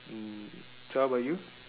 mm so how about you